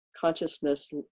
consciousness